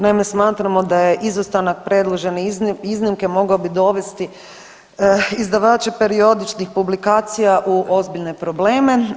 Naime, smatramo da je, izostanak predložene iznimke mogao bi dovesti izdavače periodičnih publikacija u ozbiljne probleme.